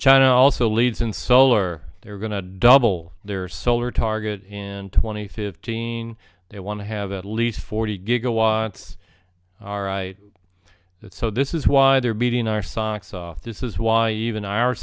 china also leads in solar they're going to double their solar target and twenty fifteen they want to have at least forty gigawatts all right so this is why they are beating our socks off this is why even our